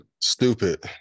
stupid